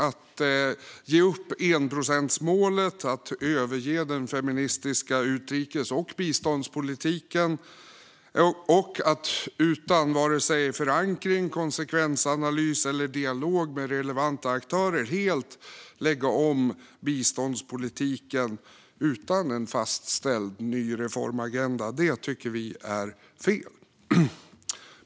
Att ge upp enprocentsmålet, överge den feministiska utrikes och biståndspolitiken och utan vare sig förankring, konsekvensanalys eller dialog med relevanta aktörer helt lägga om biståndspolitiken, utan en fastställd ny reformagenda, tycker vi är fel.